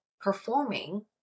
performing